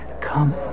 Come